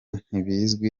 ntibizwi